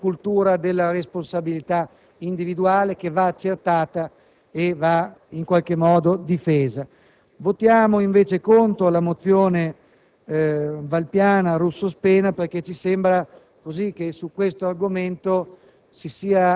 Votiamo invece contro la mozione